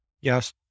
Yes